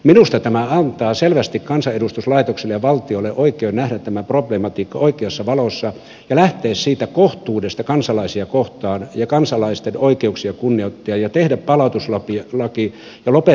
minusta tämä antaa selvästi kansanedustuslaitokselle ja valtiolle oikeuden nähdä tämä problematiikka oikeassa valossa ja lähteä siitä kohtuudesta kansalaisia kohtaan ja kansalaisten oikeuksia kunnioittaa ja tehdä palautuslaki ja lopettaa tämä